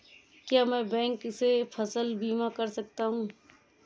क्या मैं बैंक से फसल बीमा करा सकता हूँ?